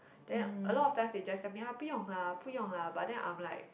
then a lot of times they just tell me ah 不用 lah 不用 lah but then I'm like